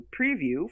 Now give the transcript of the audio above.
preview